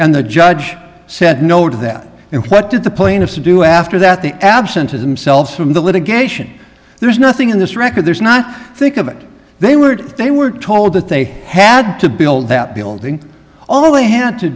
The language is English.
and the judge said no to that and what did the plaintiffs to do after that the absence of themselves from the litigation there's nothing in this record there's not think of it they were if they were told that they had to build that building all they had to